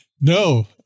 No